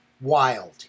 wild